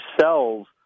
cells